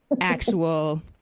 actual